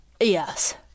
Yes